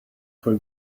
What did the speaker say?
for